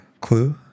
Clue